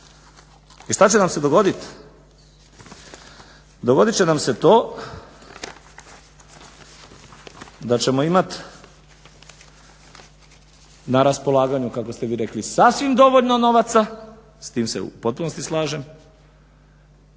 I šta će nam se dogodit, dogodit će nam se to da ćemo imat na raspolaganju kako ste vi rekli sasvim dovoljno novaca, s tim se u potpunosti slažem,